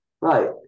Right